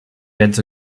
gets